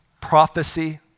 Prophecy